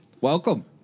Welcome